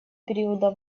периода